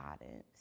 guidance